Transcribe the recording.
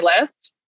list